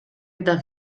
eta